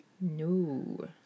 No